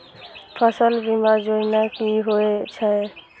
फसल बीमा योजना कि होए छै?